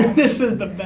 this is the